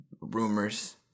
rumors